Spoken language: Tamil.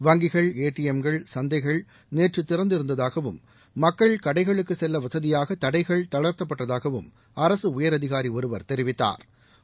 வங்கிகள் ஏடிஎம்கள் சந்தைகள் நேற்று திறந்திருந்தாகவும் மக்கள் கடைகளுக்கு செல்ல வசதியாக தடைகள் தளர்த்தப்பட்டதாகவும் அரசு உயர் அதிகாரி ஒருவர் தெரிவித்தாா்